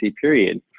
period